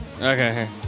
Okay